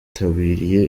abitabiriye